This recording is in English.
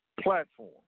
platform